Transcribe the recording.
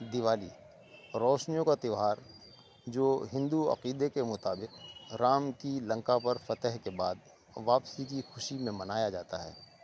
دیوالی روشنیوں کا تیوہار جو ہندو عقیدے کے مطابق رام کی لنکا پر فتح کے بعد واپسی کی خوشی میں منایا جاتا ہے